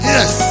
Yes